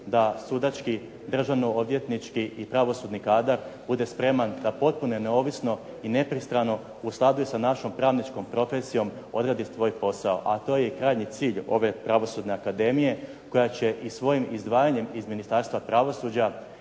da sudački, državno-odvjetnički i pravosudni kadar bude spreman da potpuno neovisno, nepristrano u skladu je sa našom pravničkom profesijom odradi svoj posao. A to je i krajnji cilj ove Pravosudne akademije koja će i svojim izdvajanjem iz Ministarstva pravosuđa